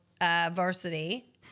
varsity